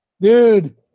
Dude